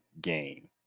game